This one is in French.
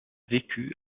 vécu